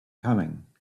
coming